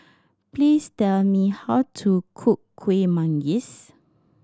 please tell me how to cook Kueh Manggis